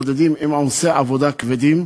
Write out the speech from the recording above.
הם מתמודדים עם עומסי עבודה כבדים,